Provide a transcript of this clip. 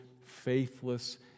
faithless